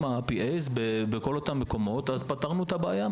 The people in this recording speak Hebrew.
P.A בכל אותם מקומות אז פתרנו את הבעיה,